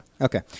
Okay